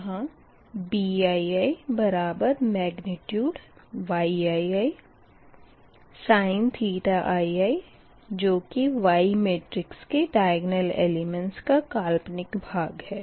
यहाँ BiiYiisin ii जो कि Y मेट्रिक्स के द्य्ग्न्ल एलिमेंट्स का काल्पनिक भाग है